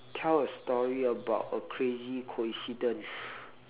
tell a story about a crazy coincidence